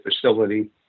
facility